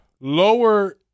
Lower